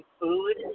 food